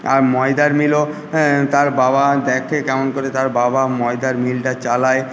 আর ময়দার মিলও হ্যাঁ তার বাবা দেখে কেমন করে তার বাবা ময়দার মিলটা চালায়